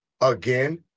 again